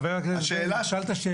חבר הכנסת בן גביר, תשאל את השאלה.